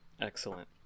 Excellent